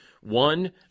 One